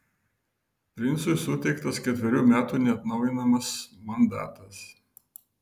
princui suteiktas ketverių metų neatnaujinamas mandatas